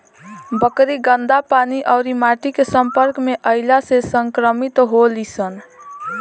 बकरी गन्दा पानी अउरी माटी के सम्पर्क में अईला से संक्रमित होली सन